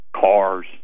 cars